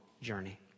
journey